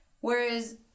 whereas